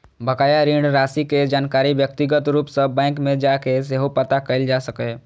बकाया ऋण राशि के जानकारी व्यक्तिगत रूप सं बैंक मे जाके सेहो पता कैल जा सकैए